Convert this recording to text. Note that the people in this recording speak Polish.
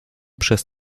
przez